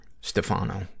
Stefano